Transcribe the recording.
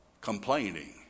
complaining